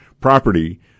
property